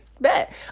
Bet